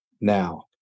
now